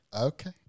okay